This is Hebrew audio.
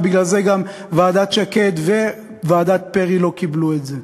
ובגלל זה גם ועדת שקד וועדת פרי לא קיבלו את זה.